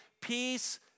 peace